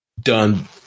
done